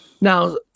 Now